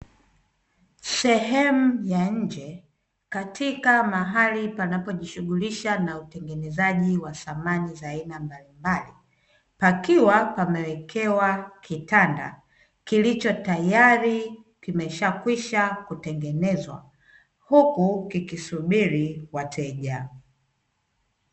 Sehemu katika mahali panapojishughulisha na utengenezaji wa samani za aina mbalimbali pakiwa pamewekewa kitanda kilicho tayari kimeshakwisha kutengenezwa huku kikisubiri wateja.